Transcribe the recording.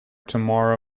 tomorrow